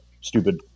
stupid